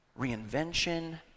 reinvention